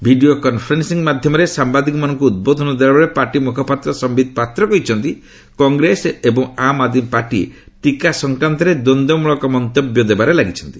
video conferencing ମାଧ୍ୟମରେ ସାମ୍ଭାଦିକମାନଙ୍କୁ ଉଦ୍ବୋଧନ ଦେଲାବେଳେ ପାର୍ଟି ମୁଖପାତ୍ର ସମ୍ପିତ୍ ପାତ୍ର କହିଛନ୍ତି କଂଗ୍ରେସ ଏବଂ ଆମ୍ ଆଦ୍ମୀ ପାର୍ଟି ଟିକା ସଂକ୍ରାନ୍ତରେ ଦ୍ୱନ୍ଦ୍ୱମୂଳକ ମନ୍ତବ୍ୟ ଦେବାରେ ଲାଗିଛନ୍ତି